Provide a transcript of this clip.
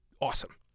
Awesome